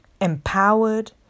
empowered